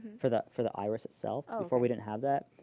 for the for the iris itself. before, we didn't have that.